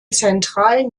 zentralen